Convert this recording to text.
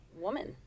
woman